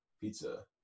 pizza